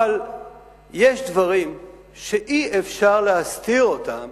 אבל יש דברים שאי-אפשר להסתיר אותם